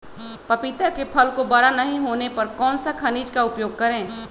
पपीता के फल को बड़ा नहीं होने पर कौन सा खनिज का उपयोग करें?